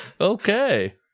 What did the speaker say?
Okay